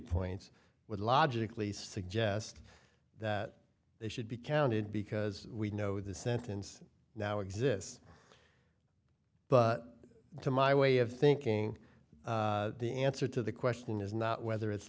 points would logically suggest that they should be counted because we know the sentence now exists but to my way of thinking the answer to the question is not whether it's